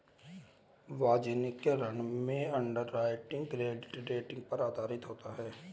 वाणिज्यिक ऋण में अंडरराइटिंग क्रेडिट रेटिंग पर आधारित होता है